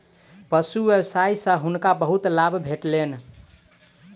पशु व्यवसाय सॅ हुनका बहुत लाभ भेटलैन